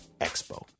expo